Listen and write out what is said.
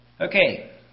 okay